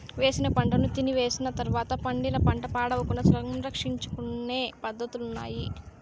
వేసిన పంటను తీసివేసిన తర్వాత పండిన పంట పాడవకుండా సంరక్షించుకొనే పద్ధతులున్నాయి